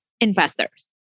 investors